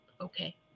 Okay